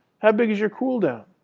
how big is your cool-down?